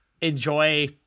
enjoy